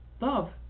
love